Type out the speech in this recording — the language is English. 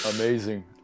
amazing